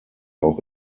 auch